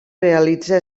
realitza